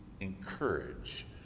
encourage